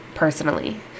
personally